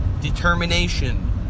Determination